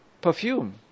perfume